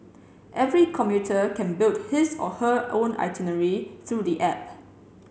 every commuter can build his or her own itinerary through the app